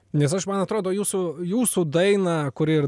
nes aš man atrodo jūsų jūsų dainą kuri ir